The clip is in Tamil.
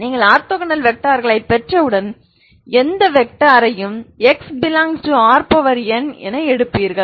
நீங்கள் ஆர்த்தோகனல் வெக்டார்களைப் பெற்றவுடன் எந்த வெக்டரையும் x Rn எடுப்பீர்கள்